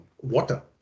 water